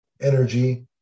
energy